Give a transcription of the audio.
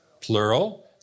Plural